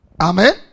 Amen